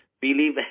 believe